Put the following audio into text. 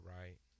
right